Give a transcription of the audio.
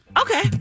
Okay